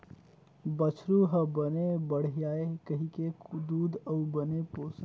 बछरु ह बने बाड़हय कहिके दूद अउ बने पोसन जिनिस खवाए ल परथे, लइकापन में खाना बने नइ देही त बछरू ह कमजोरहा हो जाएथे